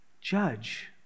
judge